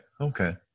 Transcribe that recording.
Okay